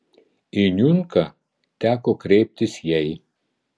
į niunką teko kreiptis jai